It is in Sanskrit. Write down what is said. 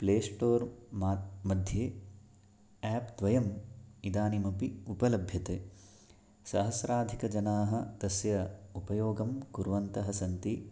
प्लेश्टोर् मा मध्ये आप् द्वयम् इदानीमपि उपलभ्यते सहस्राधिकजनाः तस्य उपयोगं कुर्वन्तः सन्ति